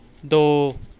ਦੋ